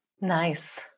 Nice